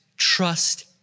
trust